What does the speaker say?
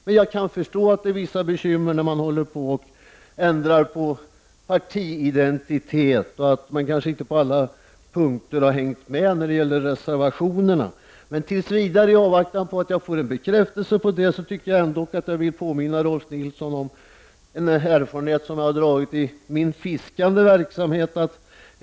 Men jag kan förstå att det innebär vissa bekymmer att ändra på partiidentitet och att man kanske inte på alla punkter har hängt med i reservationerna. Tills vidare, i avvaktan på att jag får en bekräftelse, vill jag ändå påminna Rolf L Nilson om en erfarenhet som jag har dragit i min fiskande verksamhet.